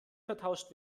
vertauscht